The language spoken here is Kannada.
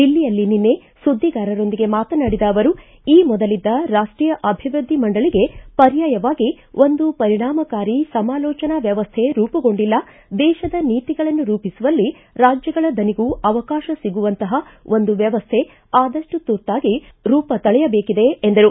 ದಿಲ್ಲಿಯಲ್ಲಿ ನಿನ್ನೆ ಸುದ್ದಿಗಾರರೊಂದಿಗೆ ಮಾತನಾಡಿದ ಅವರು ಈ ಮೊದಲಿದ್ದ ರಾಷ್ಟೀಯ ಅಭಿವೃದ್ದಿ ಮಂಡಳಿಗೆ ಪರ್ಯಾಯವಾಗಿ ಒಂದು ಪರಿಣಾಮಕಾರಿ ಸಮಾಲೋಚನಾ ವ್ಯವಸ್ಥೆ ರೂಪುಗೊಂಡಿಲ್ಲ ದೇಶದ ನೀತಿಗಳನ್ನು ರೂಪಿಸುವಲ್ಲಿ ರಾಜ್ಯಗಳ ದನಿಗೂ ಅವಕಾಶ ಸಿಗುವಂತಹ ಒಂದು ವ್ಯವಸ್ಥೆ ಆದಷ್ಟು ತುರ್ತಾಗಿ ರೂಪ ತಳೆಯಬೇಕಿದೆ ಎಂದರು